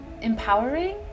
empowering